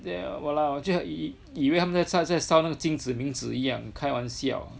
they are !walao! 这样以以为他们在烧在烧那个金子冥纸一样开玩笑